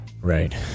Right